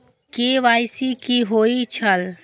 KYC कि होई छल?